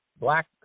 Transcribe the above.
black